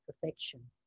perfection